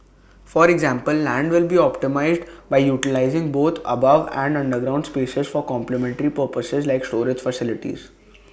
for example land will be optimised by utilising both above and underground spaces for complementary purposes like storage facilities